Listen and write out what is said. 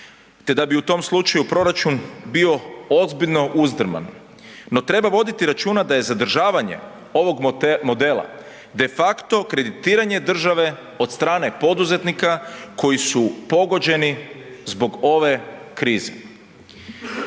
te da bi u tom slučaju proračun bio ozbiljno uzdrman. No, treba voditi računa da je zadržavanje ovog modela de facto kreditiranje države od strane poduzetnika koji su pogođeni zbog ove krize.